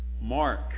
Mark